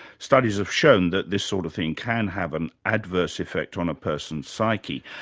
studies have shown that this sort of thing can have an adverse effect on a person's psyche.